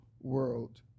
world